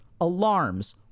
alarms